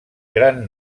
gran